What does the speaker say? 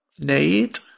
Nate